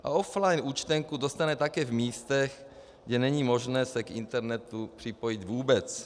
A offline účtenku dostane také v místech, kde není možné se k internetu připojit vůbec.